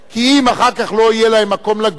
כי אם אחר כך לא יהיה להם מקום לגור,